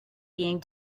being